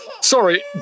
Sorry